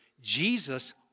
Jesus